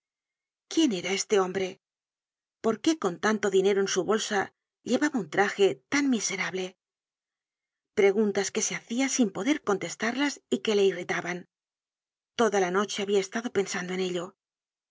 quién era este hombre por qué con tanto dinero en su bolsa llevaba un traje tan miserable preguntas que se hacia sin poder contestarlas y que le irritaban toda la noche habia estado pensando en ello